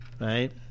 right